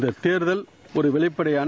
இந்த ஜேர்தல் ஒரு வெளிப்படையான